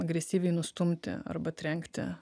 agresyviai nustumti arba trenkti